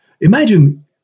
Imagine